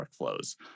workflows